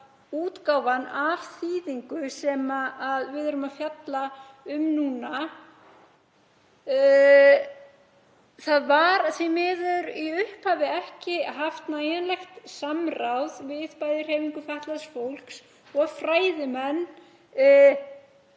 útgáfan af þýðingu sem við erum að fjalla um núna. Því miður var í upphafi ekki haft nægilegt samráð við hreyfingu fatlaðs fólks og fræðimenn